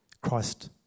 Christ